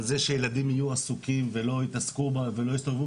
על זה שילדים יהיו עסוקים ולא יתעסקו ויסתובבו